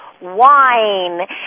Wine